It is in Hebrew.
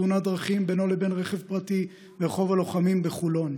בתאונת דרכים בינו לבין רכב פרטי ברחוב הלוחמים בחולון.